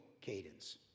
cadence